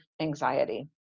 anxiety